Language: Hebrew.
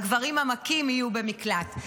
הגברים המכים יהיו במקלט.